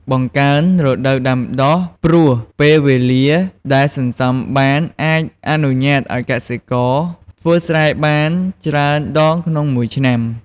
បង្កើនរដូវដាំដុះ ព្រោះពេលវេលាដែលសន្សំបានអាចអនុញ្ញាតឱ្យកសិករធ្វើស្រែបានច្រើនដងក្នុងមួយឆ្នាំ។